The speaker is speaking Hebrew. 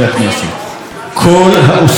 כל העוסקים בנושא הזה,